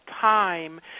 time